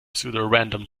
pseudorandom